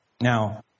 Now